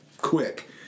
quick